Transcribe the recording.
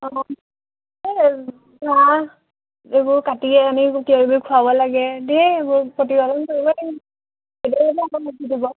অঁ এই ঘাঁহ এইবোৰ কাটি আনি কিবা কিবি খোৱাব লাগে ধেৰ সেইবোৰ প্ৰতিপালন কৰিব লাগে কৰিবলগীয়া হয়